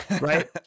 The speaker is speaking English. right